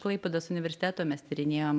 klaipėdos universiteto mes tyrinėjom